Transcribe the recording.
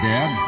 Dad